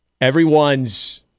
everyone's